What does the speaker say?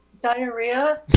diarrhea